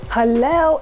Hello